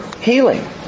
healing